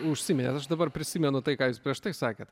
užsiminėt aš dabar prisimenu tai ką jūs prieš tai sakėt